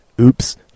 Oops